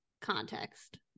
context